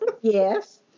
Yes